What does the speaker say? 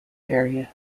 area